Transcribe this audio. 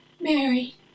Mary